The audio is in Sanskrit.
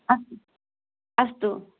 अस्तु अस्तु